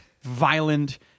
violent